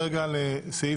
ב.